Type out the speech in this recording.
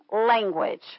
language